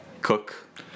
cook